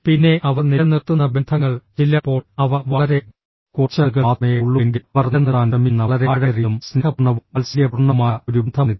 പിന്നെ അവർ നിലനിർത്തുന്ന ബന്ധങ്ങൾ ചിലപ്പോൾ അവ വളരെ കുറച്ച് ആളുകൾ മാത്രമേ ഉള്ളൂവെങ്കിലും അവർ നിലനിർത്താൻ ശ്രമിക്കുന്ന വളരെ ആഴമേറിയതും സ്നേഹപൂർണവും വാത്സല്യപൂർണ്ണവുമായ ഒരു ബന്ധമാണിത്